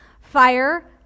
fire